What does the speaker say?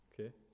okay